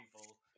people